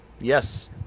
Yes